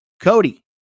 Cody